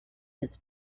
his